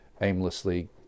aimlessly